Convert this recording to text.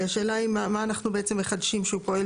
והשאלה היא מה אנחנו בעצם מחדשים שהוא פועל